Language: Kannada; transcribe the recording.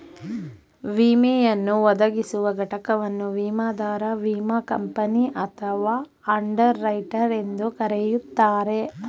ವಿಮೆಯನ್ನು ಒದಗಿಸುವ ಘಟಕವನ್ನು ವಿಮಾದಾರ ವಿಮಾ ಕಂಪನಿ ಅಥವಾ ಅಂಡರ್ ರೈಟರ್ ಎಂದು ಕರೆಯುತ್ತಾರೆ